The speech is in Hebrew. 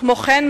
כמו כן,